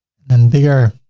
then bigger.